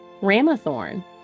Ramathorn